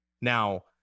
Now